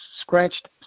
scratched